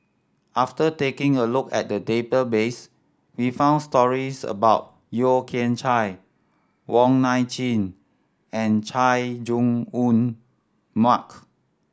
after taking a look at the database we found stories about Yeo Kian Chai Wong Nai Chin and Chay Jung Jun Mark